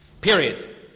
Period